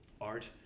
art